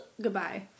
Goodbye